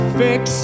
fix